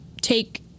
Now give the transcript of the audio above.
take